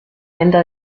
venta